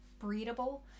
breedable